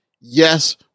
yes